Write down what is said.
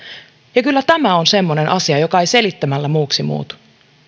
ja kyllä tämä on semmoinen asia joka ei selittämällä muuksi muutu